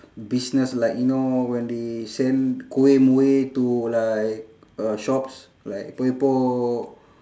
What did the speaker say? business like you know when they sell kuih muih to like uh shops like epok epok